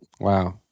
Wow